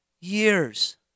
years